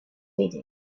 meeting